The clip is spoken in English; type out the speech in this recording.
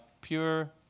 pure